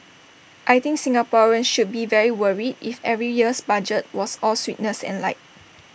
I think Singaporeans should be very worried if every year's budget was all sweetness and light